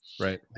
Right